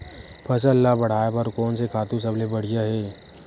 फसल ला बढ़ाए बर कोन से खातु सबले बढ़िया हे?